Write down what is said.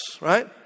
right